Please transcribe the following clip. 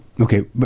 Okay